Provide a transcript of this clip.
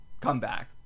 comeback